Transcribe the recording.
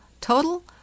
Total